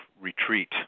retreat